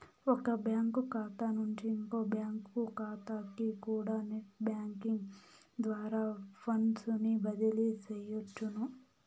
ఒక బ్యాంకు కాతా నుంచి ఇంకో బ్యాంకు కాతాకికూడా నెట్ బ్యేంకింగ్ ద్వారా ఫండ్సుని బదిలీ సెయ్యొచ్చును